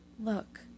look